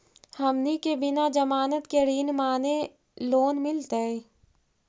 हमनी के बिना जमानत के ऋण माने लोन मिलतई?